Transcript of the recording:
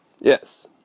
Yes